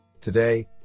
today